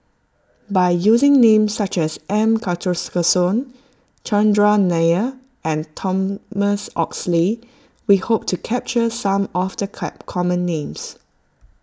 by using names such as M Karthigesu Chandran Nair and Thomas Oxley we hope to capture some of the cat common names